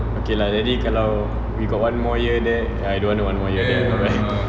okay lah jadi kalau we got one more year then ah I don't want one more year